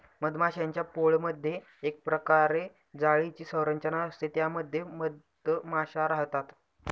मधमाश्यांच्या पोळमधे एक प्रकारे जाळीची संरचना असते त्या मध्ये मधमाशा राहतात